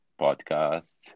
podcast